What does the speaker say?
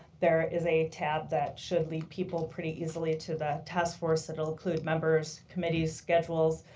there is a tab that should lead people pretty easily to the task force. it will include members, committees, schedules,